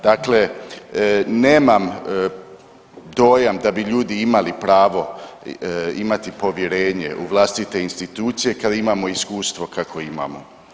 Dakle, nemam dojam da bi ljudi imali pravo imati povjerenje u vlastite institucije kad imamo iskustvo kakvo imamo.